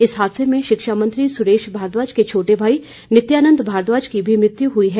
इस हादसे में शिक्षा मंत्री सुरेश भारद्वाज के छोटे भाई नित्यानंद भारद्वाज की भी मृत्यु हुई है